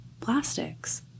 plastics